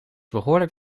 behoorlijk